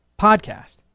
podcast